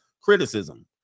criticism